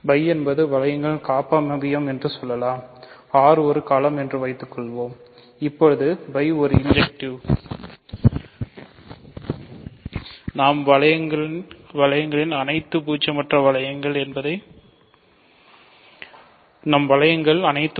φ என்பது வளையங்களின் காப்பமைவியம்அகும்